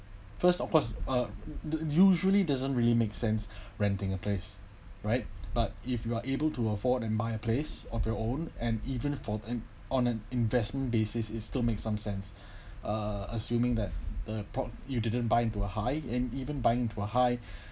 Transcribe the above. first of course uh usually doesn't really make sense renting a place right but if you are able to afford and buy a place of your own and even for them on an investment basis is still make some sense uh assuming that the port you didn't buy into a high end even buying too a high